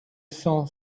cent